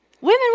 Women